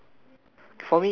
uh pet shop ah